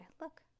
look